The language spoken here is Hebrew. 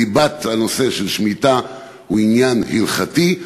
ליבת הנושא של שמיטה היא עניין הלכתי,